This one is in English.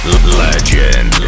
Legend